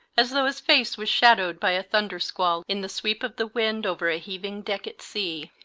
as though his face was shadowed by a thunder squall in the sweep of the wind over a heaving deck at sea.